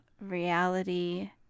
reality